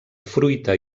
fruita